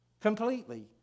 Completely